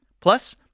Plus